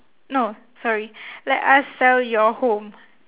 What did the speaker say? no sorry let us sell your home